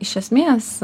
iš esmės